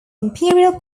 imperial